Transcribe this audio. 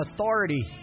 authority